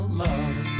love